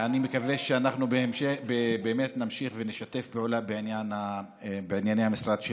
ואני מקווה שאנחנו באמת נמשיך ונשתף פעולה בענייני המשרד שלך.